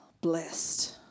blessed